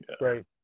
Right